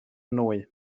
nwy